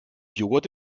joghurt